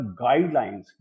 guidelines